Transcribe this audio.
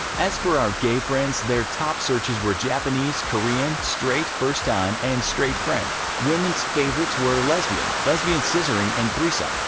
as for our gay friends, their top searches were japanese, korean, straight first time and straight friend. women's faves were lesbian, lesbian scissoring and threesome.